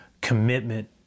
commitment